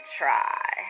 try